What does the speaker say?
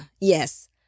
Yes